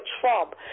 Trump